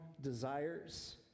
desires